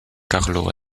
carlo